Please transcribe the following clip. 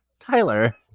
Tyler